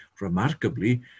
remarkably